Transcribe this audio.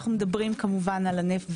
אנחנו מדברים כמובן על הנפט והגז.